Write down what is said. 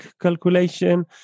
calculation